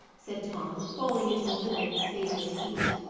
said tom, falling into a little of his favourite heat.